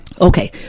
Okay